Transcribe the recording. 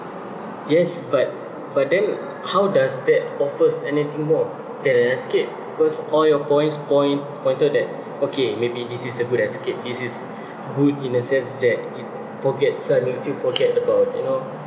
yes but but then how does that offer anything more than an escape cause all your points point pointed that okay maybe this is a good escape this is good in a sense that you forget so it makes you forget like you know